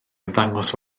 ymddangos